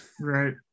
right